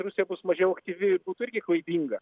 rusija bus mažiau aktyvi būtų irgi klaidinga